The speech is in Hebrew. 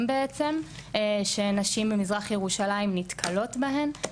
בעצם שנשים במזרח ירושלים נתקלות בהם.